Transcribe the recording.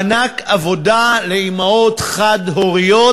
מענק עבודה לאימהות חד-הוריות,